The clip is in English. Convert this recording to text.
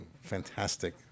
fantastic